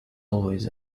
always